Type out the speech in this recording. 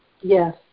Yes